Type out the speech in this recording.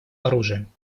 оружием